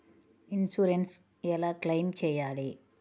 Insurance ఎలా claim చేయాలి?